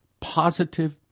positive